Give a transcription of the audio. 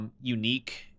Unique